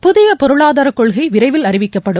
புதிய பொருளாதார கொள்கை விரைவில் அறிவிக்கப்படும்